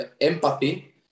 empathy